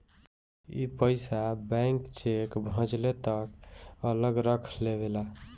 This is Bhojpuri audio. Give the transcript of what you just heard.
ई पइसा बैंक चेक भजले तक अलग रख लेवेला